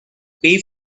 pay